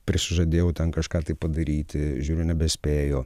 prisižadėjau ten kažką tai padaryti žiūriu nebespėju